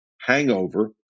hangover